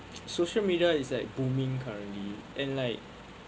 social media is like booming currently and like